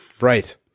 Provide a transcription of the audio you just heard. Right